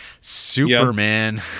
Superman